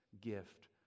gift